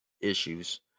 issues